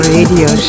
Radio